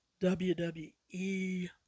WWE